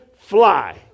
fly